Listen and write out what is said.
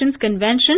Convention